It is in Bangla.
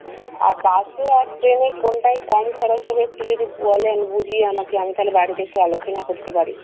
ও আর বাসে আর ট্রেনে কোনটায় কম খরচ হবে একটু যদি বলেন বুঝিয়ে আমাকে আমি তাহলে বাড়িতে একটু আলোচনা করতে পারি